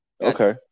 Okay